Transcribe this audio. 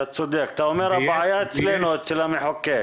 אתה אומר, הבעיה אצלנו, אצל המחוקק.